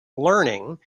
learning